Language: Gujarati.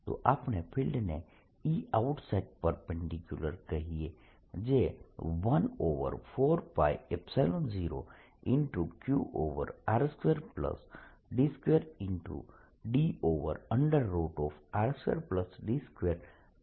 તો આપણે ફિલ્ડને Eoutside કહીએ જે 14π0qr2d2dr2d2 ના બરાબર છે